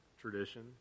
tradition